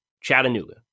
Chattanooga